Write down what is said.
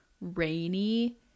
rainy